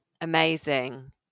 Amazing